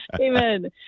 Amen